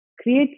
create